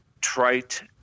trite